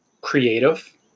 creative